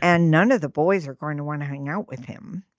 and none of the boys are going to want to hang out with him.